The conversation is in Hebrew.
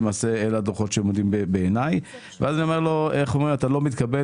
למעשה אלה הדוחות שעומדים לנגד עיניי ואז אני אומר לו שהוא לא מתכבד,